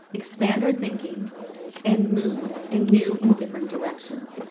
expand our thinking and move in new in different directions.